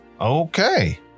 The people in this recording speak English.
Okay